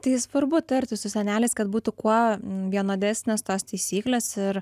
tai svarbu tartis su seneliais kad būtų kuo vienodesnės tos taisyklės ir